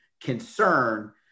concern